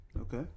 Okay